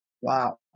Wow